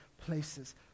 places